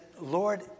Lord